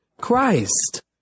Christ